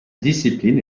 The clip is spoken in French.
discipline